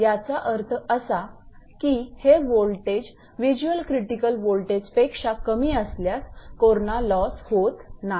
याचा अर्थ असा की हे वोल्टेज व्हिज्युअल क्रिटिकल वोल्टेज पेक्षा कमी असल्यास कोरणा लॉसहोत नाही